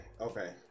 okay